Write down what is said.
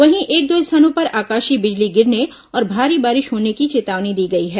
वहीं एक दो स्थानों पर आकाशीय बिजली गिरने और भारी बारिश होने की चेतावनी दी गई है